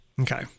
Okay